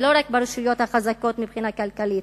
ולא רק ברשויות החזקות מבחינה כלכלית.